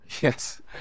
Yes